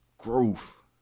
growth